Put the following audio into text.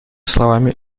словами